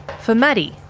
for maddy,